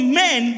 men